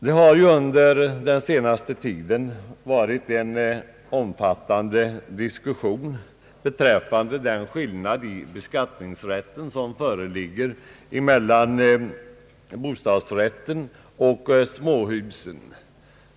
Det har ju under den senaste tiden förts en omfattande diskussion beträffande den skillnad i avdragsrätt som föreligger mellan bostadsrätten och småhuset.